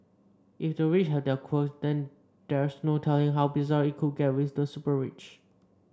if the rich have their quirk then there's no telling how bizarre it could get with the super rich